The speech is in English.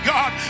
God